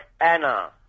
Anna